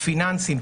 פיננסים,